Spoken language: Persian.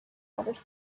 خابش